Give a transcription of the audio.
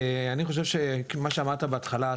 אני חושב שמה שאמרת בהתחלה,